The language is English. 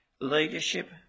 Leadership